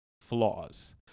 flaws